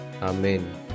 amen